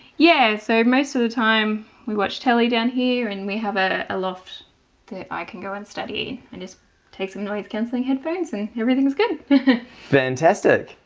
yeah so most of the time we watch telly down here and we have ah a loft i can go and study and just take some noise-cancelling headphones and me. everything's good fantastic,